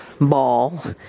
ball